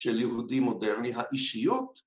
של יהודי מודרני. האישיות